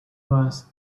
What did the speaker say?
was